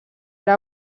era